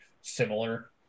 similar